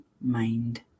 mind